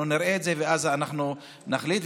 אנחנו נראה את זה ואז אנחנו נחליט.